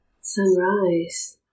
sunrise